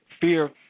fear